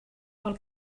pel